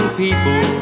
people